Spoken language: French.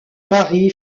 mari